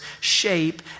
shape